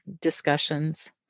discussions